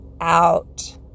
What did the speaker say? out